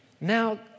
Now